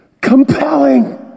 Compelling